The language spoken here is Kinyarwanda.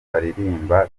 baririmba